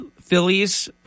Phillies